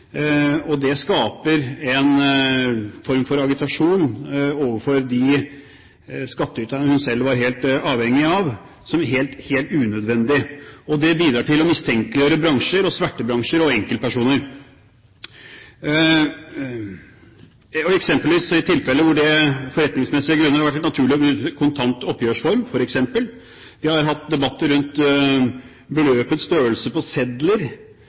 helt avhengig av, som var helt unødvendig. Det bidrar til å mistenkeliggjøre og sverte bransjer og enkeltpersoner, f.eks. i tilfeller hvor det av forretningsmessige grunner har vært naturlig å bruke kontant oppgjørsform. Vi har hatt debatter rundt beløpets størrelse på sedler